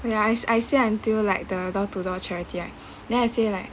wait ah I I say until like the door to door charity right then I say like